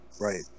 Right